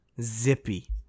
Zippy